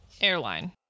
airline